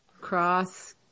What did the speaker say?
cross